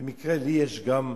במקרה יש לי 130